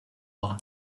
bras